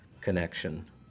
connection